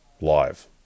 Live